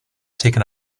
taken